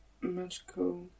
Magical